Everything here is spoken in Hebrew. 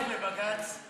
לך לבג"ץ.